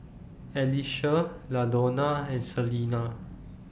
Alicia Ladonna and Celina